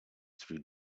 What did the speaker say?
through